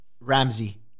Ramsey